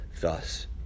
thus